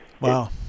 Wow